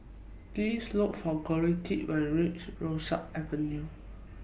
Please Look For Collette when YOU REACH Rosyth Avenue